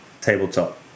tabletop